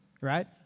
right